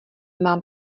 mám